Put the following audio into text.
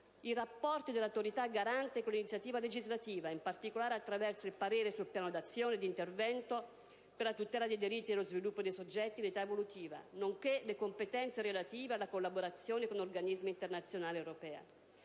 i rapporti dell'Autorità garante con l'iniziativa legislativa, in particolare attraverso il parere sul Piano di azione e di intervento per la tutela dei diritti e lo sviluppo dei soggetti in età evolutiva, nonché le competenze relative alla collaborazione con organismi internazionali ed europei.